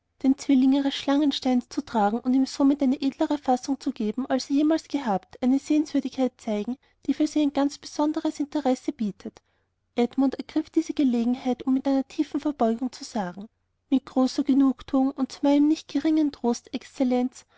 den zwilling ihres schlangensteins zu tragen und ihm somit eine edlere einfassung zu geben als er jemals gehabt eine sehenswürdigkeit zeigen die für sie ein ganz besonderes interesse bietet edmund ergriff diese gelegenheit um mit einer tiefen verbeugung zu sagen mit großer genugtuung und zu meinem nicht geringen trost exzellenz